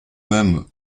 même